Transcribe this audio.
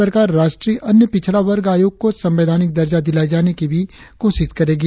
सरकार राष्ट्रीय अन्य पिछड़ा वर्ग आयोग को संवैधानिक दर्जा दिलाये जाने की भी कोशिश करेगी